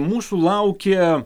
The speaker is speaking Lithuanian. mūsų laukia